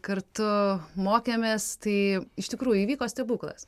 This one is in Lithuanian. kartu mokėmės tai iš tikrųjų įvyko stebuklas